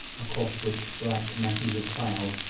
across which black masses of cloud,